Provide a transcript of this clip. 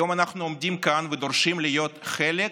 היום אנחנו עומדים כאן ודורשים להיות חלק